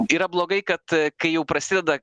yra blogai kad kai jau prasideda